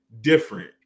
different